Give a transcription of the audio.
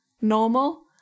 normal